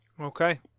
Okay